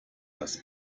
das